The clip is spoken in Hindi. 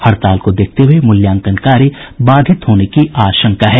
हड़ताल को देखते हुए मूल्यांकन कार्य बाधित होने की आशंका है